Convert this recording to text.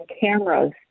cameras